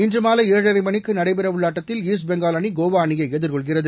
இன்று மாலை ஏழரை மணிக்கு நடைபெற உள்ள ஆட்டத்தில் ஈஸ்ட் பெங்கால் அணி கோவா அணியை எதிர்கொள்கிறது